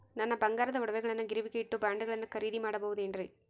ನನ್ನ ಬಂಗಾರದ ಒಡವೆಗಳನ್ನ ಗಿರಿವಿಗೆ ಇಟ್ಟು ಬಾಂಡುಗಳನ್ನ ಖರೇದಿ ಮಾಡಬಹುದೇನ್ರಿ?